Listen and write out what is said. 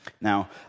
Now